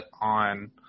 on